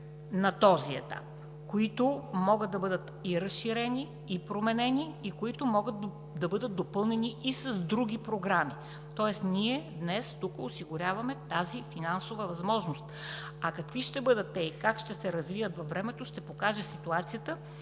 на две програми, които могат да бъдат и разширени, и променени и които могат да бъдат допълнени с други програми. Тоест ние днес, тук, осигуряваме тази финансова възможност, а какви ще бъдат те и как ще се развият във времето, ще покаже ситуацията